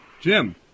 Jim